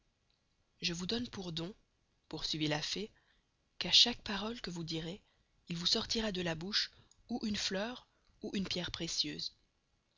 je vous donne pour don poursuivit la fée qu'à chaque parole que vous direz il vous sortira de la bouche ou une fleur ou une pierre précieuse